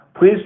please